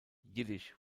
yiddish